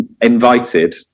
invited